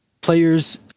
Players